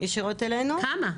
כמה?